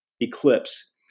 Eclipse